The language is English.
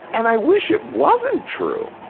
and i wish it wasn't true.